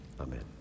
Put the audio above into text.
Amen